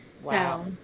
Wow